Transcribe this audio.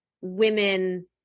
women